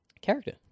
Character